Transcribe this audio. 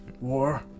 war